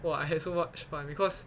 !wah! I had so much fun because